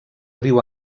riu